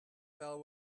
fell